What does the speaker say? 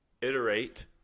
iterate